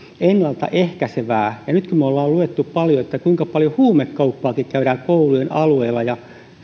ennaltaehkäisevää ja nyt kun me olemme lukeneet paljon kuinka paljon huumekauppaakin käydään koulujen alueella ja